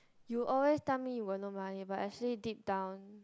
you always say you got no money but I say deep down